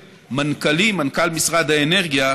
לכלכלה, אגף התקציבים באוצר, המשרד להגנת הסביבה,